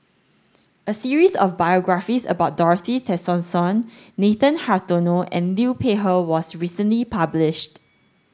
a series of biographies about Dorothy Tessensohn Nathan Hartono and Liu Peihe was recently published